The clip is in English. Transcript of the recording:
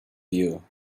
you